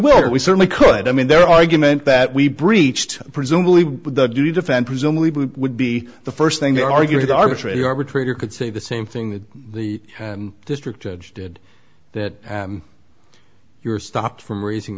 will we certainly could i mean their argument that we breached presumably the defend presumably would be the st thing they argue the arbitrator arbitrator could say the same thing that the district judge did that you're stopped from raising